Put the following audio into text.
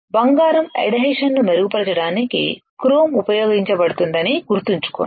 బంగారం ఎడ్హెషన్ ను మెరుగుపరచడానికి క్రోమ్ ఉపయోగించబడుతుందని గుర్తుంచుకోండి